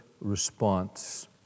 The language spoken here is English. response